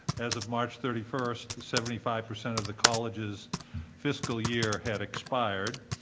as of march thirty first, seventy five percent of the college's fiscal year had expired.